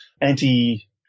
anti